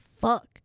fuck